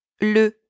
Le